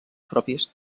propis